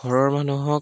ঘৰৰ মানুহক